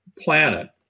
planet